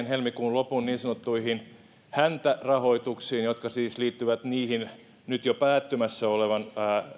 helmikuun lopun niin sanottuihin häntärahoituksiin jotka siis liittyvät nyt jo päättymässä olevan